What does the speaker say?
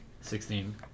Sixteen